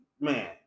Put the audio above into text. man